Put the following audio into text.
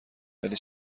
ولی